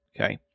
okay